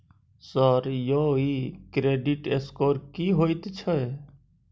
Sir यौ इ credit score की होयत छै?